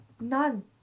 None